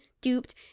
duped